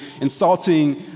insulting